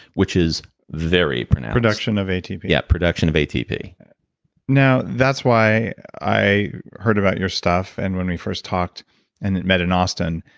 which is very pronounced production of atp? yeah, production of atp now, that's why i heard about your stuff, and when we first talked and met in austin,